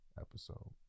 episode